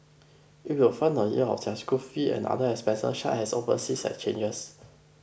it will fund a year of their school fees and other expenses such as overseas exchanges